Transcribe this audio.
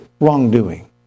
wrongdoing